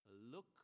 look